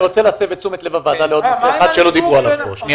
אני רוצה להסב את תשומת לב הוועדה לעוד נושא אחד שלא דיברו עליו פה.